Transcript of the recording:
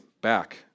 back